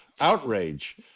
outrage